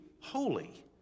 holy